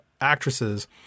actresses